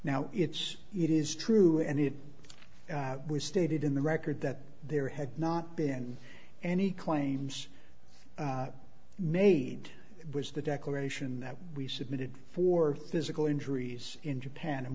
now it's it is true and it was stated in the record that there had not been any claims made was the declaration that we submitted for physical injuries in japan and